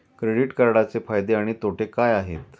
Credit कार्डचे फायदे आणि तोटे काय आहेत?